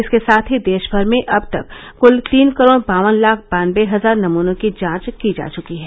इसके साथ ही देश भर में अब तक क्ल तीन करोड बावन लाख बानवे हजार नमूनों की जांच की जा चुकी है